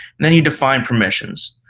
and then you define permissions.